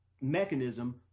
mechanism